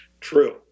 True